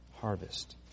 harvest